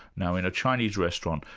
now in a chinese restaurant,